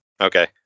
Okay